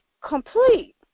complete